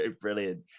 Brilliant